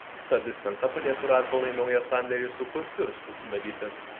ta dispensa padėtų radvilai naują sandėrį su kurfiurstu sudaryti